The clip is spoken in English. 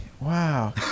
Wow